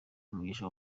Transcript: umugisha